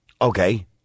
Okay